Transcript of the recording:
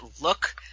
look